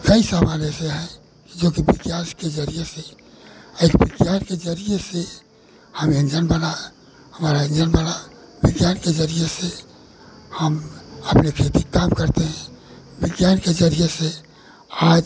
कई सामान ऐसे हैं जोकि विज्ञान के जरिये एक विज्ञान के जरिये से हम इन्जन बना हमारा इन्जन बना विज्ञान के जरिये से हम अपनी खेती का काम करते हैं विज्ञान के जरिये से आज